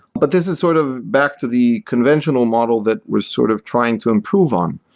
but this is sort of back to the conventional model that we're sort of trying to improve on.